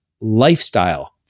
lifestyle